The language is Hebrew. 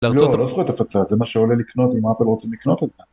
להרצות... לא, לא זכויות הפצה, זה מה שעולה לקנות, אם אפל רוצים לקנות את זה.